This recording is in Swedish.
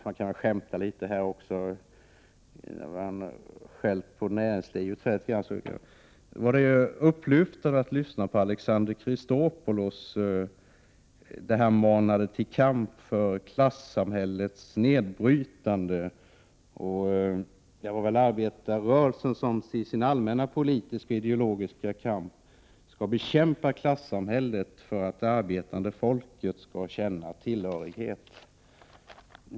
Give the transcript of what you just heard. Man kan skämta litet också, efter att ha skällt på näringslivet litet grand. Det var upplyftande att lyssna på Alexander Chrisopoulos. Han manade till kamp för klassamhällets nedbrytande. Det var arbetarrörelsen som i sin allmänna politiska och ideologiska kamp skulle bekämpa klassamhället för att det arbetande folket skulle känna tillhörighet.